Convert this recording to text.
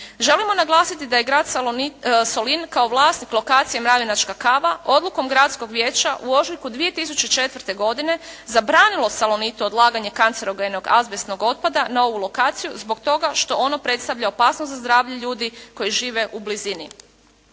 Želimo naglasiti da je grad Solin kao vlasnik lokacije Mravinačka kava odlukom gradskog vijeća u ožujku 2004. godine zabranilo "Salonitu" odlaganje kancerogenog azbestnog otpada na ovu lokaciju zbog toga što ono predstavlja opasnost za zdravlje ljudi koji žive u blizini.